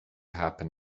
happen